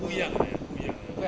不一样 ah ya 不一样 loh